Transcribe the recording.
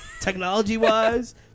technology-wise